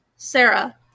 Sarah